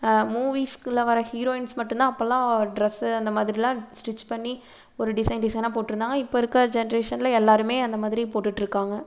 மூவீஸ்க்குள்ளே வர ஹீரோயின்ஸ் மட்டும்தான் அப்போலாம் ட்ரெஸு அந்த மாதிரிலாம் ஸ்டிச் பண்ணி ஒரு டிசைன் டிசைனாக போட்டிருந்தாங்க இப்போ இருக்க ஜென்ரேஷனில் எல்லோருமே அந்த மாதிரி போட்டுகிட்ருக்காங்க